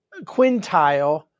quintile